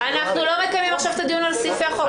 --- אנחנו לא מקיימים עכשיו את הדיון על סעיפי החוק,